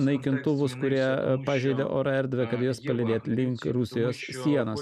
naikintuvus kurie pažeidė oro erdvę kad juos palydėt link rusijos sienos